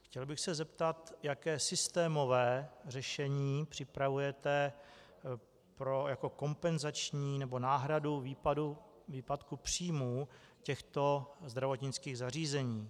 Chtěl bych se zeptat, jaké systémové řešení připravujete jako kompenzační náhradu výpadku příjmů těchto zdravotnických zařízení?